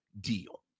deal